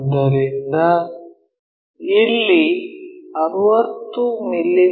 ಆದ್ದರಿಂದ ಇಲ್ಲಿ 60 ಮಿ